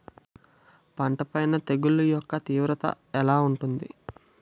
పంట పైన తెగుళ్లు యెక్క తీవ్రత ఎలా ఉంటుంది